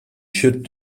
should